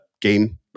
game